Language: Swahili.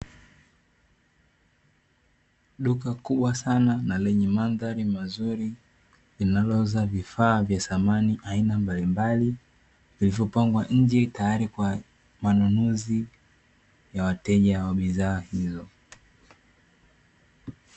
Duka kubwa sana na lenye mandhari mazuri, linalouza vifaa vya samani aina mbalimbali vilivyopangwa nje tayari kwa manunuzi ya wateja wa bidhaa hizo.